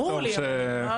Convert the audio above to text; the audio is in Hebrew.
ברור לי אבל למה?